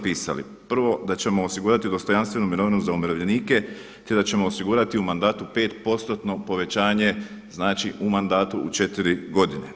Prvo da ćemo osigurati dostojanstvenu mirovinu za umirovljenike, te da ćemo osigurati u mandatu 5% povećanje, znači u mandatu u četiri godine.